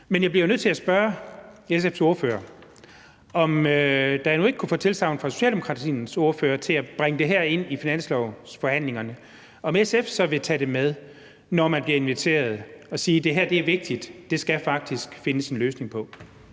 Men jeg bliver jo nødt til at spørge SF's ordfører, da jeg nu ikke kunne få et tilsagn fra Socialdemokratiets ordfører om at bringe det her ind i finanslovsforhandlingerne, om SF så vil tage det med, når man bliver inviteret, og sige, at det her er vigtigt, og at der faktisk skal findes en løsning på